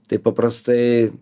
tai paprastai